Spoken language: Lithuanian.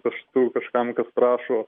paštu kažkam kas prašo